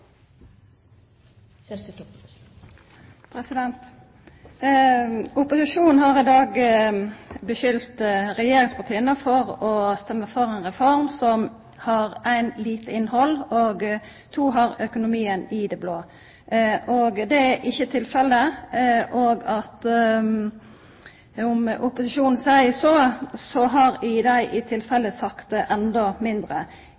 Opposisjonen har i dag skulda regjeringspartia for å stemma for ei reform som har 1) lite innhald og 2) økonomien i det blå. Det er ikkje tilfellet. Om opposisjonen seier så, har ein i tilfelle sagt det endå mindre.